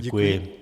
Děkuji.